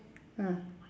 ah